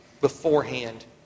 beforehand